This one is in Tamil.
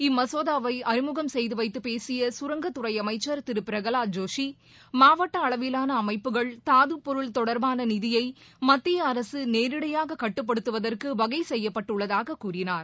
இம்மசோதாவை அறிமுகம் செய்து வைத்து பேசிய கரங்கத்துறை அமைச்சர் திரு பிரகலாத் ஜோஷி மாவட்ட அளவிலான அமைப்புகள் தாதுப் பொருட்கள் தொடர்பான நிதியை மத்திய அரசு நேரிடையாக கட்டுப்படுத்துவதற்கு வகை செய்யப்பட்டுள்ளதாக கூறினார்